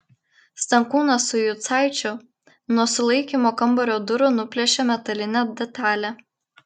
stankūnas su jucaičiu nuo sulaikymo kambario durų nuplėšė metalinę detalę